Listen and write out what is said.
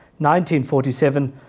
1947